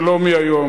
ולא מהיום,